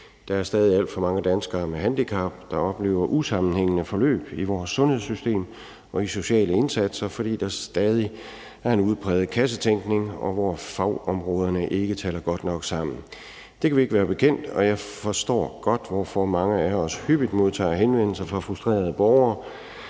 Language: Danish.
Der er stadig alt for mange danskere med handicap, der oplever usammenhængende forløb i vores sundhedssystem og i sociale indsatser, fordi der stadig er en udpræget kassetænkning, og fordi fagområderne ikke taler godt nok sammen. Det kan vi ikke være bekendt, og jeg forstår godt, hvorfor mange af os hyppigt modtager henvendelser fra frustrerede borgere,